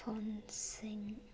ꯐꯣꯟꯁꯤꯡ